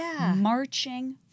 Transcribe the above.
marching